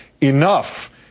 enough